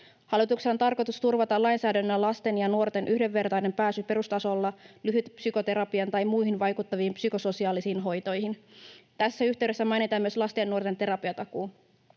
Hallituksen on tarkoitus turvata lainsäädännöllä lasten ja nuorten yhdenvertainen pääsy perustasolla lyhytpsykoterapiaan tai muihin vaikuttaviin psykososiaalisiin hoitoihin. Tässä yhteydessä mainitaan myös lasten ja nuorten terapiatakuu.